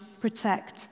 protect